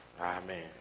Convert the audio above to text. Amen